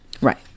Right